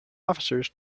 officers